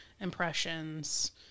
impressions